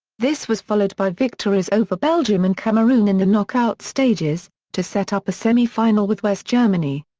this was followed by victories over belgium and cameroon in the knock-out stages, to set up a semi-final with west germany.